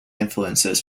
influences